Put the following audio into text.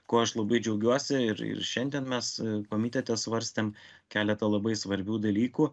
kuo aš labai džiaugiuosi ir ir šiandien mes komitete svarstėm keletą labai svarbių dalykų